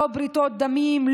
לא בריתות דמים,